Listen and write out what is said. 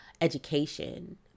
education